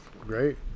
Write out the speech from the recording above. Great